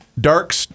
dark